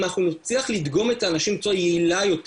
אם אנחנו נצליח לדגום את האנשים בצורה יעילה יותר